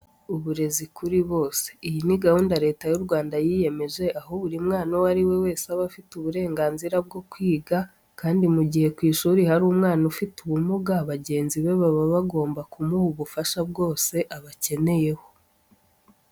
Uburezi kuri bose. Iyi ni gahunda Leta y'u Rwanda yiyemeje, aho buri mwana uwo ari we wese aba afite uburenganzira bwo kwiga, kandi mu gihe ku ishuri hari umwana ufite ubumuga, bagenzi be baba bagomba kumuha ubufasha bwose abakeneyeho.